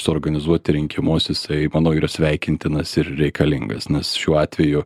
suorganizuoti rinkimus jisai manau yra sveikintinas ir reikalingas nes šiuo atveju